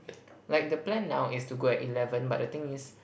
like the plan now is to go at eleven but the thing is